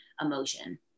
emotion